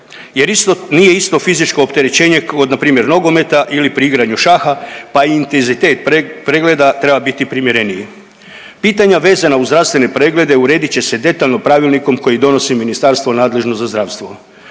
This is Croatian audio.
nije isto fizičko opterećenje kod npr. nogometa ili pri igranju šaha pa i intenzitet pregleda treba biti primjereniji. Pitanja vezana uz zdravstvene preglede uredit će se detaljno pravilnikom koje donosi ministarstvo nadležno za zdravstvo.